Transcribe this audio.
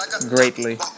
greatly